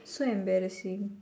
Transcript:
so embarrassing